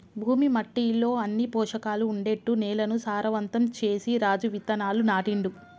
భూమి మట్టిలో అన్ని పోషకాలు ఉండేట్టు నేలను సారవంతం చేసి రాజు విత్తనాలు నాటిండు